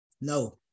No